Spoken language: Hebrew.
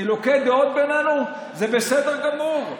חילוקי דעות בינינו זה בסדר גמור.